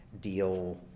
deal